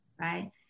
right